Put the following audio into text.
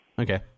Okay